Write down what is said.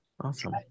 Awesome